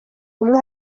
ubumwe